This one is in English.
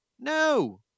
No